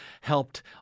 helped